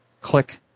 click